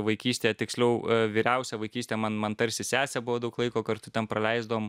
vaikystėje tiksliau vyriausia vaikystėj man man tarsi sesė buvo daug laiko kartu ten praleisdavom